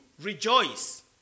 rejoice